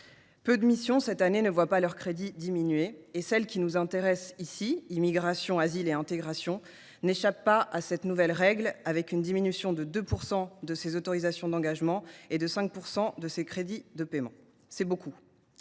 Peu de missions cette année ne voient pas leurs crédits diminuer. Celle qui nous intéresse à présent, à savoir la mission « Immigration, asile et intégration », n’échappe pas à cette nouvelle règle, avec une diminution de 2 % de ses autorisations d’engagement et de 5 % de ses crédits de paiement. C’est beaucoup